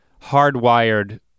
hardwired